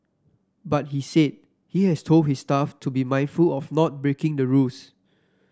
but he said he has told his staff to be mindful of not breaking the rules